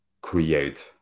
create